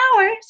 hours